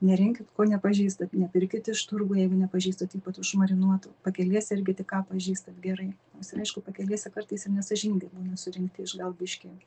nerinkit ko nepažįstat nepirkit iš turgų jeigu nepažįstat ypač užmarinuotų pakelėse irgi tik ką pažįstat gerai nes ir aišku pakelėse kartais ir nesąžiningai būna surinkti iš gal biškį